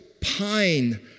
pine